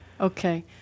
Okay